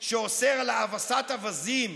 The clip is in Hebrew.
שאוסר האבסת אווזים